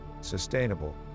sustainable